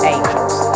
Angels